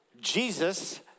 Jesus